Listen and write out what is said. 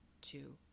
two